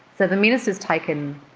so the minister has taken,